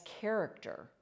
character